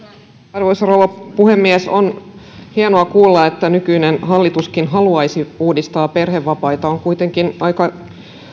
arvoisa rouva puhemies on hienoa kuulla että nykyinen hallituskin haluaisi uudistaa perhevapaita on kuitenkin aika